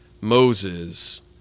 Moses